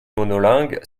monolingue